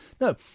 No